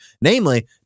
Namely